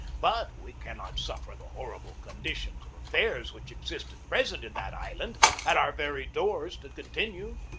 but we cannot suffer the horrible con dition of affairs which exists at present in that island at our very doors to continue,